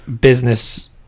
business